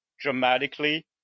dramatically